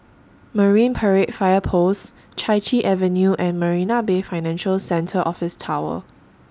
Marine Parade Fire Post Chai Chee Avenue and Marina Bay Financial Centre Office Tower